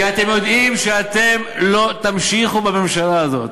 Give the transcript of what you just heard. כי אתם יודעים שאתם לא תמשיכו בממשלה הזאת.